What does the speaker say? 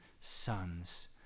sons